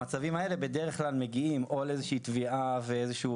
המצבים האלה בדרך כלל מגיעים או לאיזה שהיא תביעה ואיזה שהיא